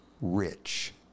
Rich